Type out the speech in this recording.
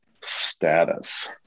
status